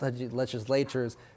legislatures